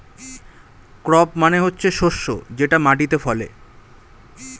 crop মানে হচ্ছে শস্য যেটা মাটিতে ফলে